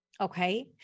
Okay